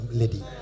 lady